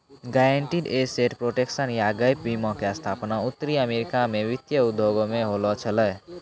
guaranteed asset protection या GAP बीमा के स्थापना उत्तरी अमेरिका मे वित्तीय उद्योग मे होलो छलै